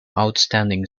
outstanding